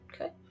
Okay